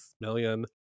million